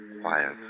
Quiet